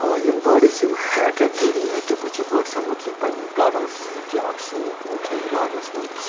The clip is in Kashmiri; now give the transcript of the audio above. آ یِم بٲڈس چھِ یِم ہیٹرک یِم مےٚ ٹِپٕس چھِ بٲڈسَن مُتعلِق پَننِس گاڈنَس مَنٛز چھُ یہِ کہِ اکھ سُومِنٛگ پوٗل چھُ اَسہِ گاڈنَس مَنٛز